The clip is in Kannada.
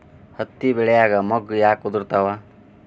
ಹತ್ತಿ ಬೆಳಿಯಾಗ ಮೊಗ್ಗು ಯಾಕ್ ಉದುರುತಾವ್?